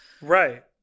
right